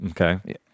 okay